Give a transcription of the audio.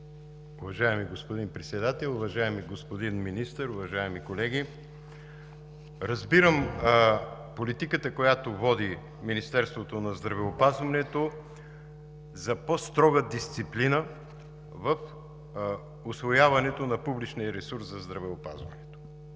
Уважаеми господин Председател, уважаеми господин Министър, уважаеми колеги! Разбирам политиката, която води Министерството на здравеопазването за по-строга дисциплина в усвояването на публичния ресурс за здравеопазването.